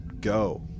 go